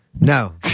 No